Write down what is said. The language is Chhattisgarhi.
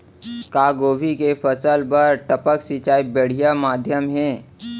का गोभी के फसल बर टपक सिंचाई बढ़िया माधयम हे?